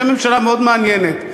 זה ממשלה מאוד מעניינת.